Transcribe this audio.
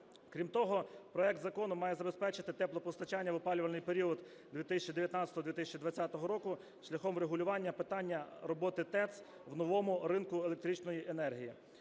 Крім того, проект закону має забезпечити теплопостачання в опалювальний період 2019-2020 року шляхом врегулювання питання роботи ТЕЦ в новому ринку електричної енергії.